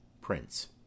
Prince